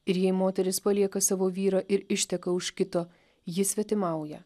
ir jei moteris palieka savo vyrą ir išteka už kito ji svetimauja